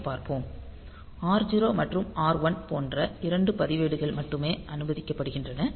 R0 மற்றும் r1 போன்ற இரண்டு பதிவேடுகள் மட்டுமே அனுமதிக்கப்படுகின்றன